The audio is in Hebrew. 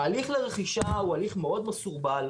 ההליך לרכישה הוא הליך מאוד מסורבל,